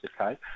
okay